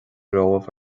romhaibh